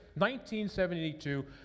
1972